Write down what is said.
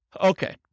Okay